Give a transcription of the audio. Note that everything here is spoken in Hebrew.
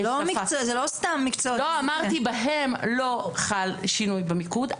בהם לא חל שינוי במיקוד.